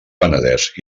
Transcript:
penedès